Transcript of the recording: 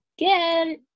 again